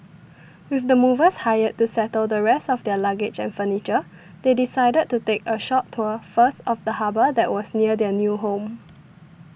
with the movers hired to settle the rest of their luggage and furniture they decided to take a short tour first of the harbour that was near their new home